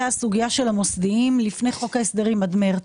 הסוגייה של המוסדיים לפני חוק ההסדרים עד חודש מרס,